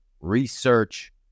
research